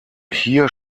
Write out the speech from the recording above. hier